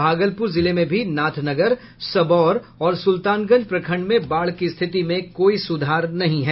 भागलपुर जिले में भी नाथनगर सबौर और सुल्तानगंज प्रखंड में बाढ़ की स्थिति में कोई सुधार नहीं है